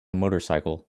motorcycle